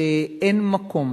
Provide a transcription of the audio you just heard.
שאין מקום